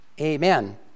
Amen